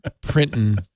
printing